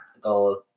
goal